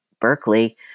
Berkeley